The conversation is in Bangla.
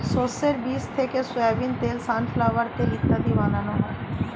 শস্যের বীজ থেকে সোয়াবিন তেল, সানফ্লাওয়ার তেল ইত্যাদি বানানো হয়